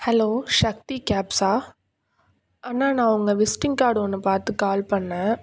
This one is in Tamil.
ஹலோ ஷக்தி கேப்ஸா அண்ணா நான் உங்கள் விஸ்ட்டிங் கார்டு ஒன்று பார்த்து கால் பண்ணேன்